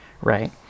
right